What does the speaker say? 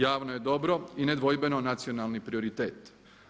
Javno je dobro i nedvojbeno nacionalni prioritet.